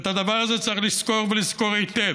ואת הדבר הזה צריך לזכור, ולזכור היטב.